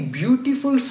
beautiful